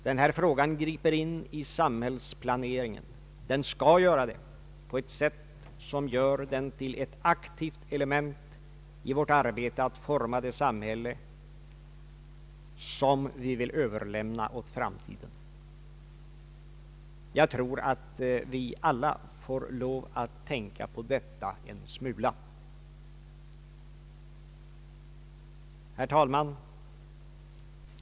Den här frågan griper in i samhällsplaneringen — den skall göra det — på ett sätt som gör den till ett aktivt element i vårt arbete att forma det samhälle som vi vill överlämna åt framtiden. Jag tror att vi alla får lov att tänka på detta en smula. Herr talman!